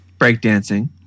breakdancing